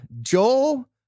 Joel